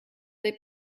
they